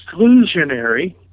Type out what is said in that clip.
exclusionary